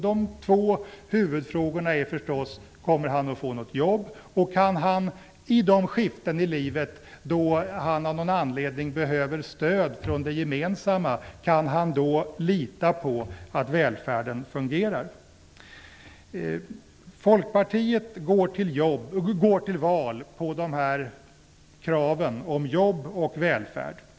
De två huvudfrågorna är förstås om han kommer att få något jobb och om han i de skiften i livet då han av någon anledning behöver stöd från det gemensamma kan lita på att välfärden fungerar. Folkpartiet går till val på dessa krav om jobb och välfärd.